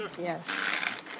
Yes